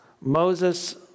Moses